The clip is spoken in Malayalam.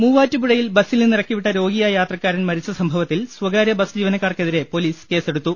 മൂവാറ്റുപുഴയിൽ ബസിൽ നിന്നിറക്കി വിട്ട രോഗിയായ യാത്ര ക്കാരൻ മരിച്ച സംഭവത്തിൽ സ്കാര്യ ബസ് ജീവനക്കാർക്കെ തിരെ പൊലീസ് കേസെടുത്തു